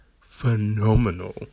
phenomenal